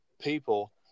people